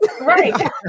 Right